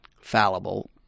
fallible